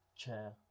chair